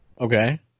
Okay